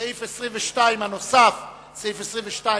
כלומר סעיף 22 הנוסף, סעיף 22א,